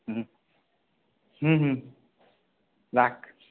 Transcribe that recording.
হুম হুম হুম রাখ